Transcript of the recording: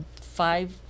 five